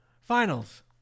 finals